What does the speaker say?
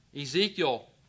Ezekiel